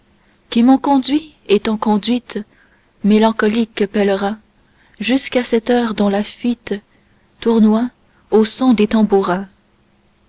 qui m'ont conduit et t'ont conduite mélancoliques pèlerins jusqu'à cette heure dont la fuite tournoie au son des tambourins